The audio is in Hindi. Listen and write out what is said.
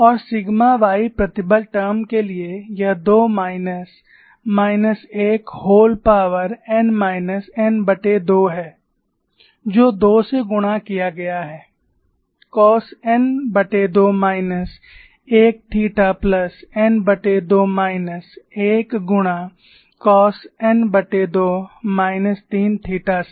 और सिग्मा y प्रतिबल टर्म के लिए यह 2 minus minus 1 whole power n minus n2 है जो 2 से गुणा किया गया है cos n2 minus 1 theta plus n2 minus 1 गुणा कॉस n2 माइनस 3 थीटा से